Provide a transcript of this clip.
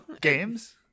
games